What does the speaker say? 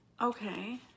Okay